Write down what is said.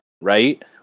right